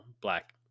black